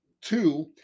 two